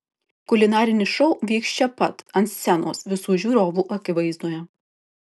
kulinarinis šou vyks čia pat ant scenos visų žiūrovų akivaizdoje